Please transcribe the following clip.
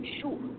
Sure